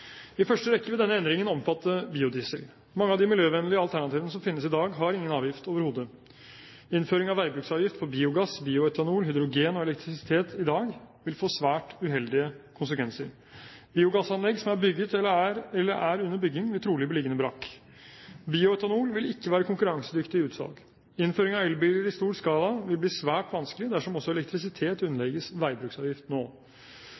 I første rekke vil denne endringen omfatte biodiesel. Mange av de miljøvennlige alternativene som finnes i dag, har ingen avgift overhodet. Innføring av veibruksavgift for biogass, bioetanol, hydrogen og elektrisitet i dag vil få svært uheldige konsekvenser. Biogassanlegg som er bygget eller er under bygging, vil trolig bli liggende brakk. Bioetanol vil ikke være konkurransedyktig i utsalg. Innføring av elbiler i stor skala vil bli svært vanskelig dersom også elektrisitet underlegges veibruksavgift nå.